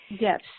yes